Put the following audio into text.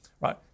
right